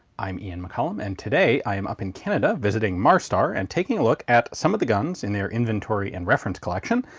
i'm ian mccallum and today i am up in canada, visiting marstar, and taking a look at some of the guns in their inventory and reference collection,